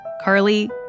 Carly